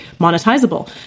monetizable